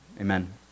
amen